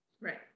Right